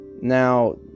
Now